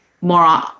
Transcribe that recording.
more